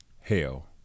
hell